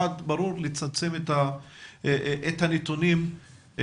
לצמצם את הנתונים.